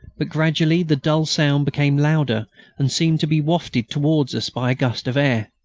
but gradually the dull sound became louder and seemed to be wafted towards us by gust of air.